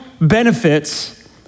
benefits